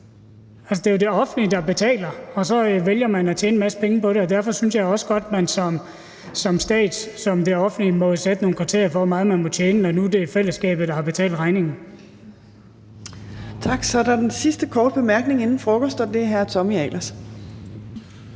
det er jo det offentlige, der betaler, og så vælger man at tjene en masse penge på det. Derfor synes jeg også godt, at man som stat og som det offentlige må fastsætte nogle kriterier for, hvor meget man må tjene, når nu det er fællesskabet, der har betalt regningen. Kl. 12:11 Fjerde næstformand (Trine Torp): Tak. Så er det den